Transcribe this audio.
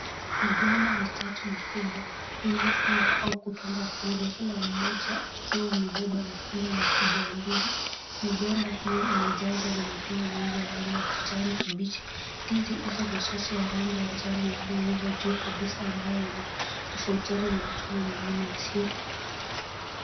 Migomba mitatu mikubwa iliyofungwa au kupangwa pamoja ukiwa umebeba mikunga mikubwa ya ndizi. Migomba hiyo imejazwa na matunda mengi ya kijani kibichi. Ndizi hizo machache ya rangi ya njano yalioova yakitofautiana na matunda yasio iva.